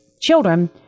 children—